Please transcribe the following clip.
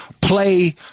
play